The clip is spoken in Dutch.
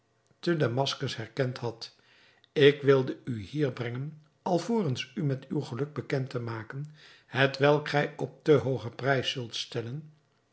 te damaskus herkend had ik wilde u hier brengen alvorens u met uw geluk bekend te maken hetwelk gij op te hooger prijs zult stellen